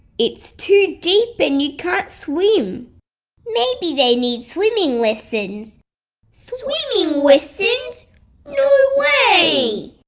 it's too deep and you can't swim maybe they need swimming lessons swimming lessons! no way!